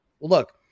look